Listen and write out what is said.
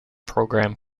program